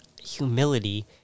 humility